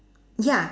ya